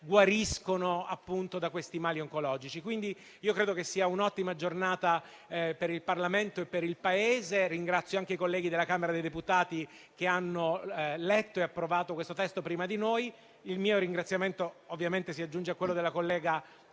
guariscono da queste malattie oncologiche. Credo pertanto sia un'ottima giornata per il Parlamento e per il Paese. Ringrazio anche i colleghi della Camera dei deputati che hanno letto e approvato questo testo prima di noi. Il mio ringraziamento si aggiunge a quello della collega